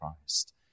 Christ